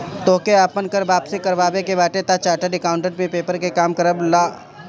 तोहके आपन कर वापसी करवावे के बाटे तअ चार्टेड अकाउंटेंट से पेपर के काम करवा लअ